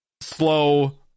Slow